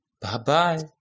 Bye-bye